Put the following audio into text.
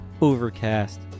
Overcast